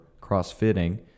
crossfitting